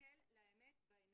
להסתכל לאמת בעיניים.